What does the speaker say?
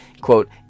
Quote